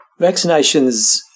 Vaccinations